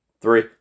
three